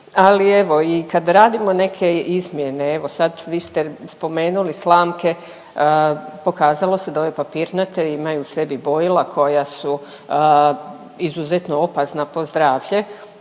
ali evo i kad radimo neke izmjene evo sad vi ste spomenuli slamke, pokazalo se da ove papirnate imaju u sebi bojila koja su izuzetno opasna po zdravlje,